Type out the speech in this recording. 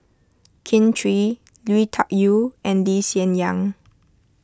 Kin Chui Lui Tuck Yew and Lee Hsien Yang